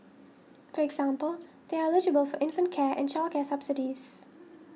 for example they are eligible for infant care and childcare subsidies